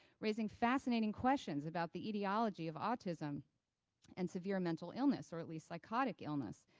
raising fascinating questions about the etiology of autism and severe mental illness or at least psychotic illness.